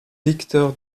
victor